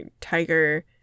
Tiger